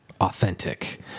authentic